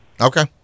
Okay